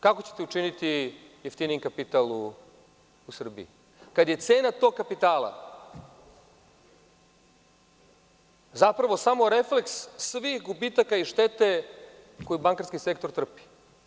Kako ćete učiniti jeftinijim kapital u Srbiji, kad je cena tog kapitala zapravo samo refleks svih gubitaka i štete koju bankarski sektor trpi?